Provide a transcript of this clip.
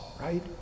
right